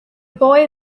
boy